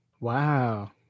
Wow